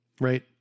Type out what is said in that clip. right